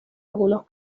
algunos